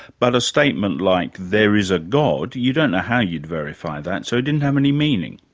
but a statement like, there is a god, you don't know how you'd verify that, so it didn't have any meaning.